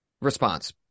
response